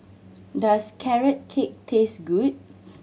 does Carrot Cake taste good